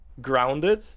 grounded